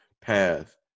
path